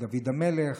דוד המלך,